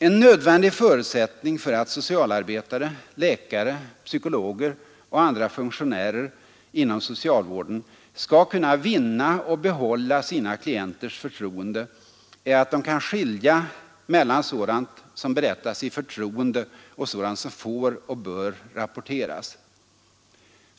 En nödvändig förutsättning för att socialarbetare, läkare, psykologer och andra funktionärer inom socialvården skall kunna vinna och behålla sina klienters förtroende är att de kan skilja mellan sådant som berättas i förtroende och sådant som får och bör rapporteras.